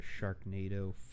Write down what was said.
Sharknado